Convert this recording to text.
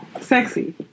sexy